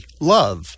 Love